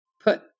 put